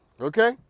okay